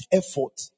effort